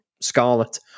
Scarlet